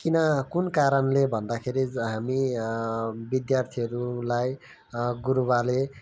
किन कुन कारणले भन्दाखेरि हामी विद्यार्थीहरूलाई गुरुबाले